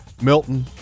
Milton